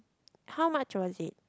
how much was it